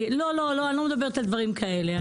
אני לא מדברת על דברים כאלה,